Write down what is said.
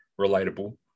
relatable